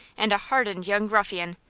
and, a hardened young ruffian,